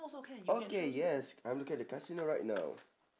okay yes I'm looking at the casino right now